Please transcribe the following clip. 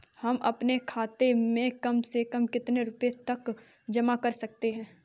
हम अपने खाते में कम से कम कितने रुपये तक जमा कर सकते हैं?